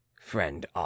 friend